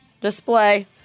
display